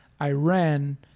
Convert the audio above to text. Iran